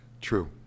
true